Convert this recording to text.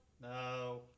No